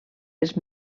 els